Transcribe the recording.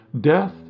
Death